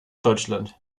deutschland